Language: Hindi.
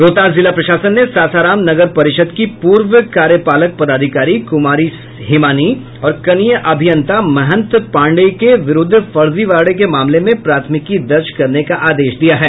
रोहतास जिला प्रशासन ने सासाराम नगर परिषद की पूर्व कार्यपालक पदाधिकारी कुमारी हिमानी और कनीय अभियंता महन्त पाण्डेय के विरूद्ध फर्जीवाड़े के मामले में प्राथमिकी दर्ज करने का आदेश दिया है